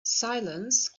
silence